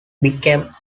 became